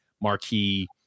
marquee